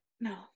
No